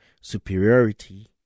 superiority